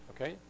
okay